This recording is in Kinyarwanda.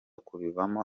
kubivamo